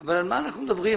אבל על מה אנחנו מדברים?